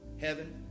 heaven